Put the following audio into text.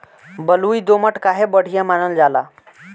बलुई दोमट काहे बढ़िया मानल जाला?